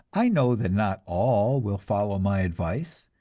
i know that not all will follow my advice.